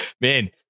Man